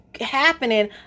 happening